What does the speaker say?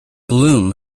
bloom